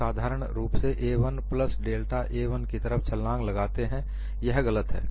लोग साधारण रूप से a1 प्लस डेल्टा a 1 की तरफ छलाँग लगाते हैं यह गलत है